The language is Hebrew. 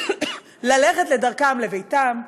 ללכת לדרכם לביתם,